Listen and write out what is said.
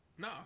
No